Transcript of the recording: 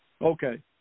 Okay